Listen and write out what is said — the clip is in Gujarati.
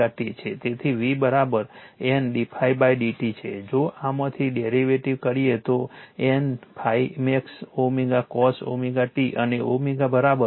તેથી V N d∅ dt છે જો આમાંથી ડેરીવેટીવ કરીએ તો N ∅max cos t અને 2𝜋 f મળશે